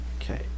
okay